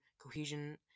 cohesion